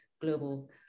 global